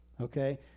okay